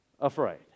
afraid